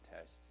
test